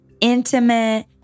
intimate